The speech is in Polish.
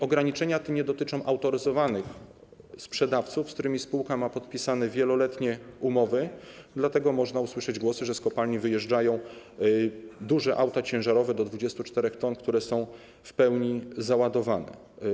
Ograniczenia te nie dotyczą autoryzowanych sprzedawców, z którymi spółka ma podpisane wieloletnie umowy, dlatego można usłyszeć głosy, że z kopalni wyjeżdżają duże auta ciężarowe do 24 t, które są w pełni załadowane.